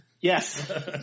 Yes